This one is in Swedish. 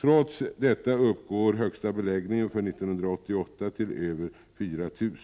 Trots detta uppgår högsta beläggningen för 1988 till över 4 000.